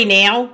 now